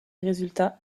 résultats